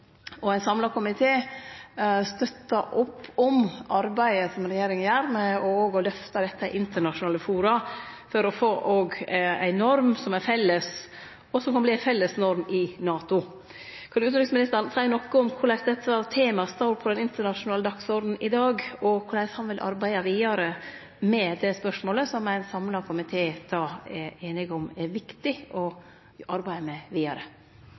sluttbrukarerklæring. Ein samla komité støttar opp om arbeidet som regjeringa gjer med òg å løfte dette i internasjonale fora for å få ei norm som er felles, og som kan verte ei felles norm i NATO. Kan utanriksministeren seie noko om kor dette temaet står på den internasjonale dagsordenen i dag, og korleis han vil arbeide vidare med det spørsmålet, som ein samla komité då er einig om at er viktig å arbeide med vidare?